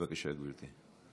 בבקשה, גברתי.